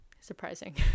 Surprising